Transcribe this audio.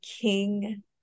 King